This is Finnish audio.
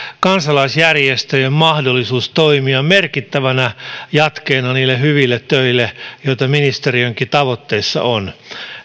kansalaisjärjestöjen mahdollisuus toimia merkittävänä jatkeena niille hyville töille joita ministeriönkin tavoitteissa on